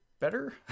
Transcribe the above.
better